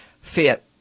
fit